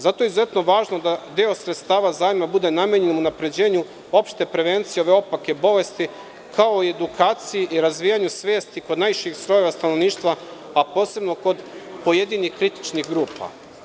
Zato je izuzetno važno da deo sredstava zajma bude namenjen unapređenju opšte prevencije ove opake bolesti, kao i edukaciji i razvijanju svesti kod najširih slojeva stanovništva, a posebno kod pojedinih kritičnih grupa.